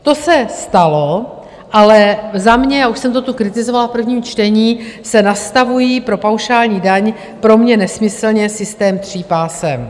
To se stalo, ale za mě já už jsem to tu kritizovala v prvním čtení se nastavuje pro paušální daň pro mě nesmyslně systém tří pásem.